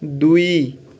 ଦୁଇ